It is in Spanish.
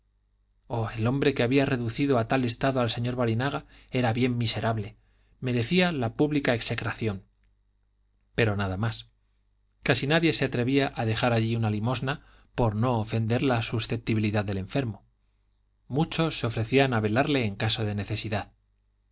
oh el hombre que había reducido a tal estado al señor barinaga era bien miserable merecía la pública execración pero nada más casi nadie se atrevía a dejar allí una limosna por no ofender la susceptibilidad del enfermo muchos se ofrecían a velarle en caso de necesidad